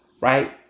right